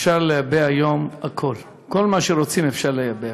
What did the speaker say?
אפשר לייבא היום הכול, כל מה שרוצים אפשר לייבא.